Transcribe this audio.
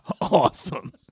Awesome